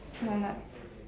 or like